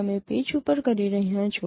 તમે પેચ ઉપર કરી રહ્યા છો